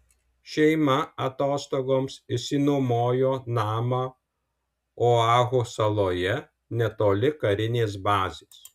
šeima atostogoms išsinuomojo namą oahu saloje netoli karinės bazės